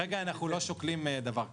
כרגע אנחנו לא שוקלים דבר כזה.